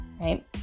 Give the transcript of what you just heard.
right